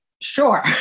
sure